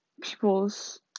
people's